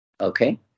okay